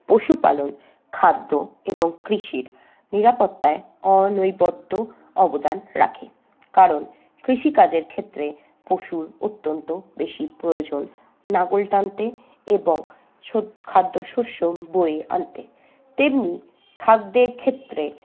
পশুপালন খাদ্য এবং কৃষির নিরাপত্তায় অনবদ্য অবদান রাখে কারণ কৃষিকাজের ক্ষেত্রে পশুর অত্যন্ত বেশি প্রয়োজন লাঙল টানতে এবং খাদ্যশস্য বয়ে আনতে তেমনি খাদ্যের ক্ষেত্রে